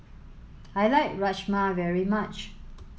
I like Rajma very much